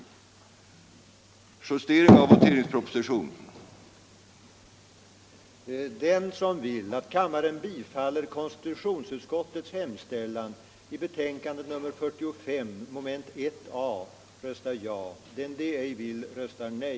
Om inte minst tre fjärdedelar av de röstande och mer än hälften av kammarens ledamöter röstar ja, har kammaren avslagit utskottets hemställan.